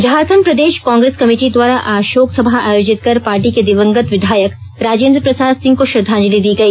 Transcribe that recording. झारखंड प्रदेश कांग्रेस कमिटी द्वारा आज शोकसभा आयोजित कर पार्टी के दिवंगत विधायक राजेंद्र प्रसाद सिंह को श्रद्वांजलि दी गई